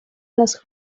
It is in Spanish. las